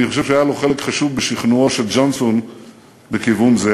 אני חושב שהיה לו חלק חשוב בשכנועו של ג'ונסון בכיוון זה.